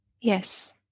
Yes